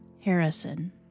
Harrison